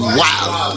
wild